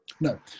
no